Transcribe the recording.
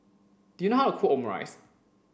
do you know how to cook Omurice